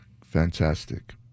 Fantastic